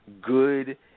good